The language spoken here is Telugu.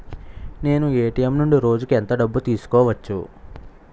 నేను ఎ.టి.ఎం నుండి రోజుకు ఎంత డబ్బు తీసుకోవచ్చు?